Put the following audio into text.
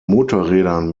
motorrädern